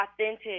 authentic